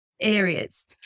areas